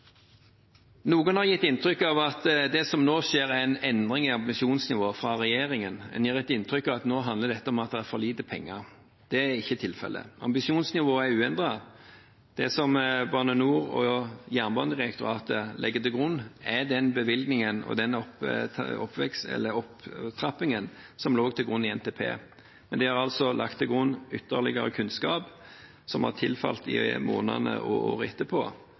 Noen har gitt inntrykk av at det som nå som nå skjer, er en endring i ambisjonsnivået fra regjeringen. En gir inntrykk av at det nå handler om at det er for lite penger. Det er ikke tilfellet, ambisjonsnivået er uendret. Det som Bane NOR og Jernbanedirektoratet legger til grunn, er den bevilgningen og den opptrappingen som lå i NTP. Men det er altså lagt til grunn ytterligere kunnskap, som er tilfalt dem i månedene og året etterpå,